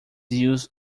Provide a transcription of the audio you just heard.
use